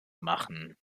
machen